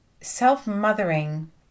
Self-mothering